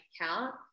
account